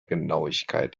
genauigkeit